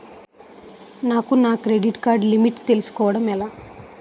నాకు నా credit card limit తెలుసుకోవడం ఎలా?